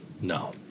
No